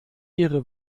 ihre